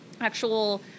actual